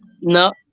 no